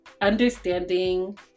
understanding